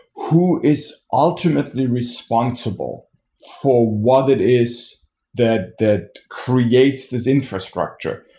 who is ultimately responsible for what it is that that creates this infrastructure?